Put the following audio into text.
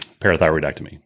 parathyroidectomy